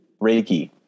Reiki